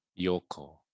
Yoko